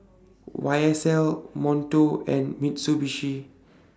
Y S L Monto and Mitsubishi